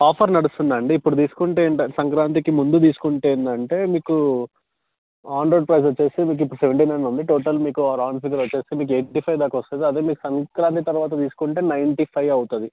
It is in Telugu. ఆఫర్ నడుస్తుంది అండి ఇప్పుడు తీసుకుంటే ఏంటండి సంక్రాంతికి ముందు తీసుకుంటే ఏంటంటే మీకు ఆన్ రోడ్ ప్రాసెస్ చేస్తే మీకు ఇప్పుడు సెవెన్టీ నైన్ ఉంది టోటల్ మీకు రౌండ్ ఫిగర్ వచ్చేస్తే మీకు ఎయిటీ ఫైవ్ దాకా వస్తుంది అదే మీకు సంక్రాంతి తరువాత తీసుకుంటే నైన్టీ ఫైవ్ అవుతుంది